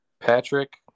Patrick